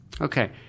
Okay